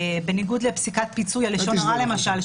בניגוד לפסיקת פיצוי על לשון הרע למשל,